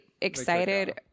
excited